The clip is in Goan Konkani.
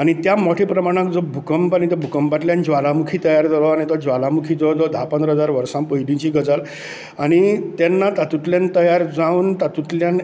आनी त्या मोठ्या प्रमाणांत जो भुकंप आनी त्या भुकंपातल्यान ज्वालामुखी तयार जालो आनी तो ज्वालामुखीचो धा पंदरा हजार वर्सां पयलिचीं गजाल आनी तेन्ना तातूंतल्यान तयार जावन तातूंतल्यान